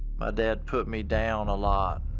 my dad put me down a lot.